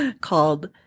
called